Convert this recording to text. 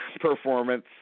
performance